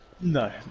No